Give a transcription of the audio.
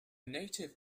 native